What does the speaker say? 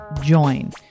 join